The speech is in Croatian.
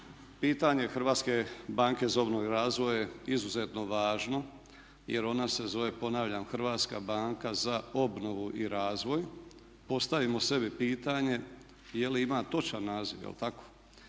pitanje Hrvatske banke za obnovu i razvoj je izuzetno važno jer ona se zove ponavljam Hrvatska banka za obnovu i razvoj. Postavimo sebi pitanje je li ima točan naziv je li tako?